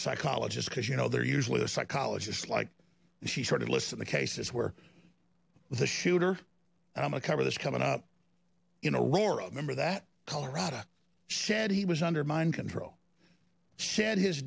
psychologist because you know they're usually the psychologists like she sort of listen the cases where the shooter and i'm a cover this coming up in a war of member that colorada said he was under mind control said his